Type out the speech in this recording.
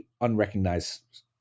unrecognized